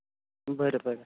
बरें बरें